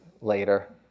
later